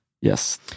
Yes